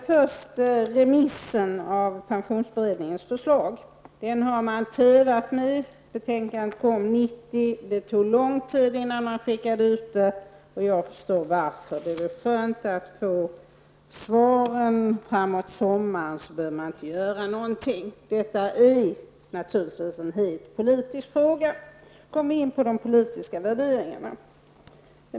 Herr talman! Remitteringen av pensionsberedningens förslag har man tövat med. Betänkandet kom 1990. Det tog lång tid innan man skickade ut det, och jag förstår varför. Det är väl skönt att få svaren framåt sommaren. Då behöver man inte göra någonting. Detta är naturligtvis en het politisk fråga. Då kommer vi in på de politiska värderingarna.